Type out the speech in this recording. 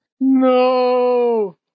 No